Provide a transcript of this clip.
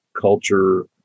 culture